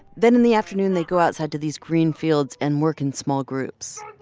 then in the afternoon, they go outside to these green fields and work in small groups.